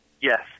Yes